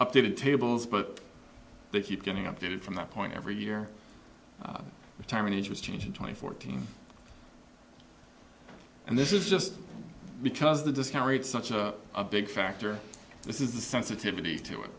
updated tables but they keep getting updated from that point every year retirement age is changing twenty fourteen and this is just because the discount rate such a big factor this is the sensitivity to it